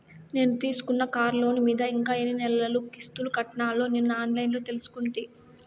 నేను తీసుకున్న కార్లోను మీద ఇంకా ఎన్ని నెలలు కిస్తులు కట్టాల్నో నిన్న ఆన్లైన్లో తెలుసుకుంటి